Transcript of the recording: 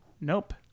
Nope